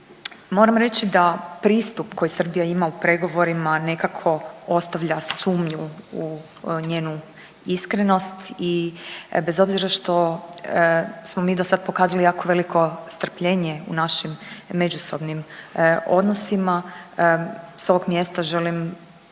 Moram reći da pristup koji Srbija ima u pregovorima nekako ostavlja sumnju u njenu iskrenost i bez obzira što smo mi do sad pokazali jako veliko strpljenje u našim međusobnim odnosima s ovog mjesta želim